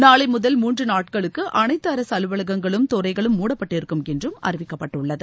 நாளை முதல் மூன்று நாட்களுக்கு அனைத்து அரசு அலுவலகங்களும் துறைகளும் மூடப்பட்டிருக்கும் என்று அறிவிக்கப்பட்டுள்ளது